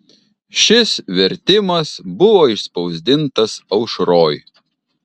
šis vertimas buvo išspausdintas aušroj